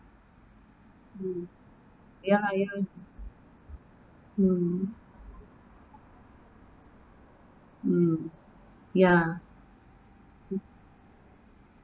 mm ya lah ya lah mm mm ya mm